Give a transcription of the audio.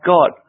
God